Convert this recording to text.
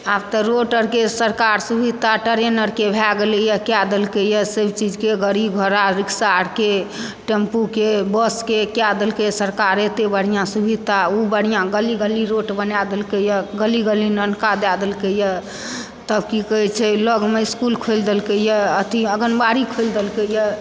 आब तऽ रोड आर के सरकार सुवित्ता टरैन आरके भए गेलै यऽ देलकै यऽ सभ चीज के गरीब घोड़ा रिक्साके आरके टेम्पू के बस के कय देलकै सरकार एते बढ़िऑं सुवित्ता ओ बढ़िऑं गली गली रोड बना देलकै यऽ गली गली नलकऽ दलकै यऽ तभ की कहै छै लोगमे इसकुल खोलि दलकै यऽ अथि अगनबाड़ी खोलि दलकै यऽ